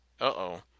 Uh-oh